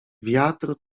wiatr